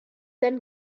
then